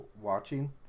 watching